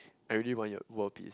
I really want your world peace